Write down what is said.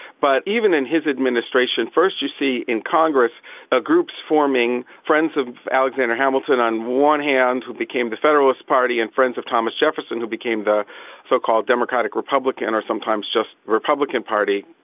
but even in his administration, first you see in congress ah groups forming, friends of alexander hamilton on one hand who became the federalist party, and friends of thomas jefferson who became the so-called democratic republican or sometimes just republican party,